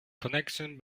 connection